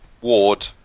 Ward